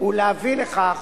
ולהביא לכך